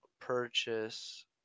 purchase